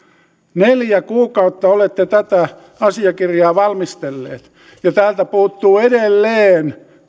neljä kuukautta olette tätä asiakirjaa valmistelleet ja täältä puuttuu edelleen